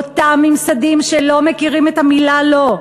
אותם ממסדים שלא מכירים את המילה "לא".